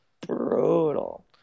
brutal